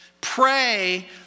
Pray